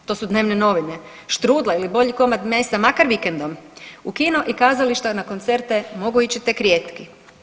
To su dnevne novine, štrudla ili bolji komad mesa makar vikendom, u kino i kazališta, na koncerte mogu ići tek rijetki.